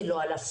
זה לא אלפים,